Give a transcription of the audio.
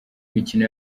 mikino